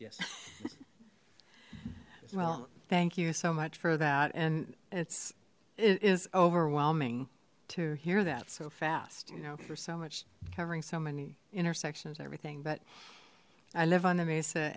yes well thank you so much for that and it's it is overwhelming to hear that so fast you know for so much covering so many intersections everything but i live on the mesa